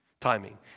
timing